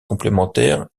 complémentaires